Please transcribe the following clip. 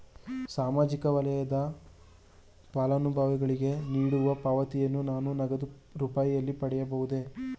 ಸಾಮಾಜಿಕ ವಲಯದ ಫಲಾನುಭವಿಗಳಿಗೆ ನೀಡುವ ಪಾವತಿಯನ್ನು ನಾನು ನಗದು ರೂಪದಲ್ಲಿ ಪಡೆಯಬಹುದೇ?